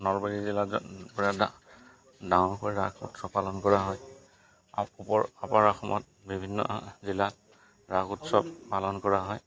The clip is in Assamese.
নলবাৰী জিলাত ডাঙৰকৈ ৰাস উৎসৱ পালন কৰা হয় আপাৰ অসমত বিভিন্ন জিলা ৰাস উৎসৱ পালন কৰা হয়